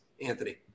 Anthony